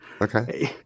Okay